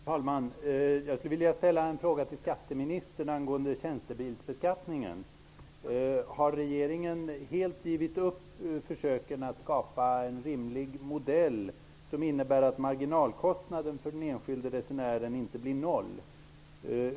Fru talman! Jag skulle vilja ställa en fråga till skatteministern angående tjänstebilsbeskattningen. Har regeringen helt givit upp försöken att skapa en rimlig modell, som innebär att marginalkostnaden för den enskilde resenären inte blir noll?